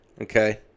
Okay